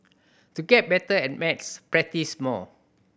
to get better at maths practise more